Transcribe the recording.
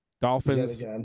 Dolphins